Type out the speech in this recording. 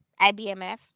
IBMF